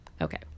okay